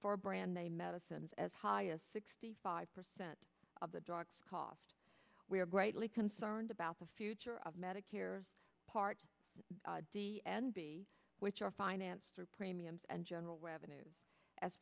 a brand name medicines as high as sixty five percent of the drug costs we are greatly concerned about the future of medicare part d n b which are financed through premiums and general revenues as